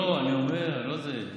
לא, אני אומר, לא זה.